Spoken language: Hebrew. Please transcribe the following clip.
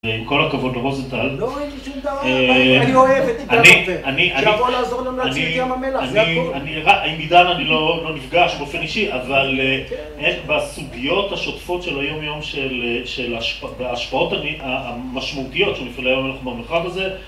עם כל הכבוד לרוזנטל לא ראיתי שום דבר. אני אוהב את עידן עופר שיבוא לעזור לנו להציל את ים המלח, זה הכול. עם עידן אני לא נפגש באופן אישי אבל איך בסוגיות השוטפות של היום יום של ההשפעות המשמעותיות של אפילו יום ים המלח מהמרחב הזה